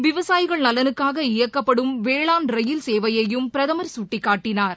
விவசாயிகள் நலனுக்காக இயக்கப்படும் வேளாண் ரயில் சேவையையும் பிரதமர் சுட்டிக்காட்டினார்